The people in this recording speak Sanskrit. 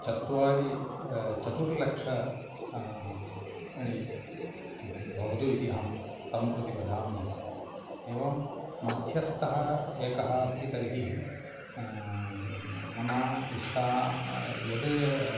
चत्वारि चतुर्लक्षम् णि भवतु इति अहं तं प्रति वदामि इति एवं मध्यस्तः एकः अस्ति तर्हि मम इष्टं यत्